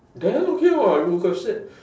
then okay [what] you could have said